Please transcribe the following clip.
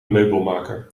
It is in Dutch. meubelmaker